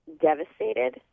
devastated